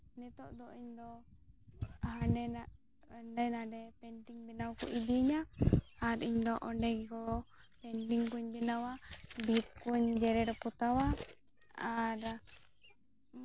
ᱱᱤᱛᱚᱜ ᱫᱚ ᱤᱧᱫᱚ ᱦᱟᱸᱰᱮᱱᱟᱜ ᱦᱟᱸᱰᱮ ᱱᱟᱰᱮ ᱯᱮᱱᱴᱤᱝ ᱵᱮᱱᱟᱣ ᱠᱚ ᱤᱫᱤᱧᱟ ᱟᱨ ᱤᱧᱫᱚ ᱚᱸᱰᱮ ᱠᱚ ᱯᱮᱱᱴᱤᱝ ᱠᱚᱧ ᱵᱮᱱᱟᱣᱟ ᱵᱷᱤᱛ ᱠᱚᱧ ᱡᱮᱨᱮᱲ ᱯᱚᱛᱟᱣᱟ ᱟᱨ